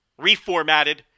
reformatted